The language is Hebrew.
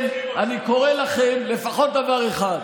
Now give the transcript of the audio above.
ולכן אני קורא לכם: לפחות דבר אחד,